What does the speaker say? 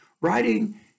writing